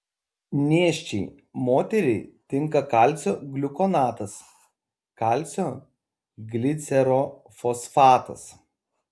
nėščiai moteriai tinka kalcio gliukonatas kalcio glicerofosfatas